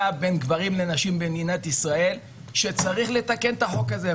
בין גברים לנשים במדינת ישראל וצריך לתקן את החוק הזה.